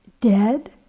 dead